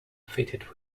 fitted